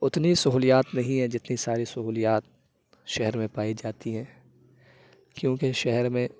اتنی سہولیات نہیں ہیں جتنی ساری سہولیات شہر میں پائی جاتی ہیں کیونکہ شہر میں